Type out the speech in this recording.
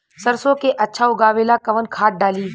सरसो के अच्छा उगावेला कवन खाद्य डाली?